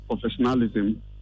professionalism